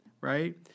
right